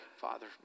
Father